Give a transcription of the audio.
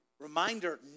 Reminder